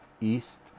East